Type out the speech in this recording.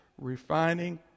refining